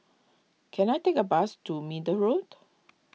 can I take a bus to Middle Road